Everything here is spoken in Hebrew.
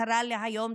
השרה להיום,